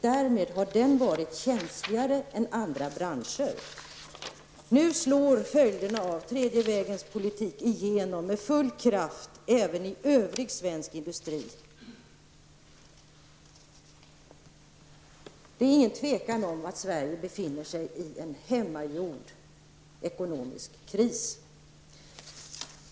Därmed har denna bransch varit känsligare än andra branscher. Nu drabbar den tredje vägens politik med full kraft även övrig svensk industri. Det råder inget tvivel om att Sverige befinner sig i en hemmagjord ekonomisk kris.